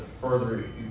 further